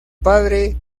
padre